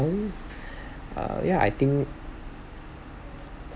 yeah I think